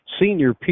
Senior